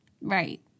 Right